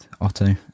Otto